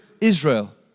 Israel